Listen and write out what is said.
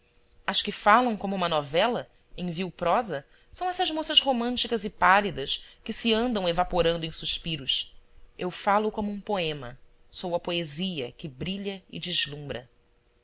as que falam como uma novela em vil prosa são essas moças românticas e pálidas que se andam evaporando em suspiros eu falo como um poema sou a poesia que brilha e deslumbra